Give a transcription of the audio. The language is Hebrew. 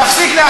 תפסיק להסית.